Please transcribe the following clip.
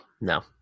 no